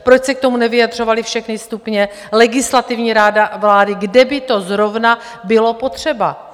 Proč se k tomu nevyjadřovaly všechny stupně, Legislativní rada vlády, kde by to zrovna bylo potřeba?